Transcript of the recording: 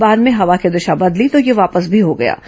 बाद में हवा की दिशा बदली तो वह वापस भी हो गया था